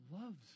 loves